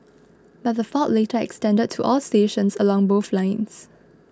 but the fault later extended to all stations along both lines